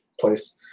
place